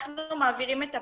אנחנו מעבירים את הפעילויות,